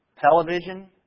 television